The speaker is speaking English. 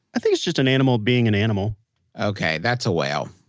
think it's just an animal being an animal okay. that's a whale.